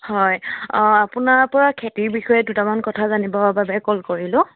হয় অ' আপোনাৰ পৰা খেতিৰ বিষয়ে দুটামান কথা জানিবৰ বাবে কল কৰিলোঁ